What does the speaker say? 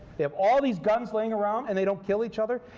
they have all these guns laying around, and they don't kill each other.